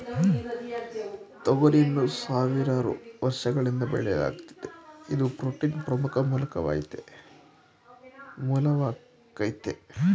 ತೊಗರಿಯನ್ನು ಸಾವಿರಾರು ವರ್ಷಗಳಿಂದ ಬೆಳೆಯಲಾಗ್ತಿದೆ ಇದು ಪ್ರೋಟೀನ್ನ ಪ್ರಮುಖ ಮೂಲವಾಗಾಯ್ತೆ